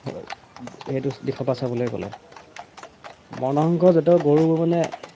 সেইটো দিশৰ পা চাবলৈ গ'লে বৰ্ণসংকৰ জাতৰ গৰুবোৰ মানে